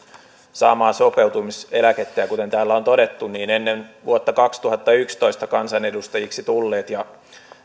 saamaa sopeutumiseläkettä kuten täällä on todettu ennen vuotta kaksituhattayksitoista kansanedustajiksi tulleet ja